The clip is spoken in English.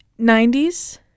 90s